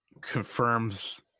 confirms